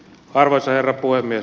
arvoisa herra puhemies